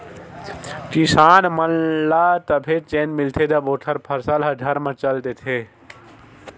किसान मन ल तभे चेन मिलथे जब ओखर फसल ह घर म चल देथे